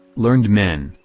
learned men,